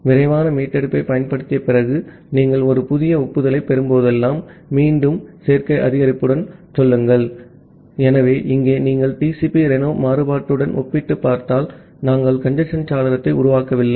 ஆகவே விரைவான மீட்டெடுப்பைப் பயன்படுத்திய பிறகு நீங்கள் ஒரு புதிய ஒப்புதலைப் பெறும்போதெல்லாம் மீண்டும் சேர்க்கை அதிகரிப்புடன் செல்லுங்கள் ஆகவே இங்கே நீங்கள் TCP ரெனோ மாறுபாட்டுடன் ஒப்பிட்டுப் பார்த்தால் நாங்கள் கஞ்சேஸ்ன் சாளரத்தை உருவாக்கவில்லை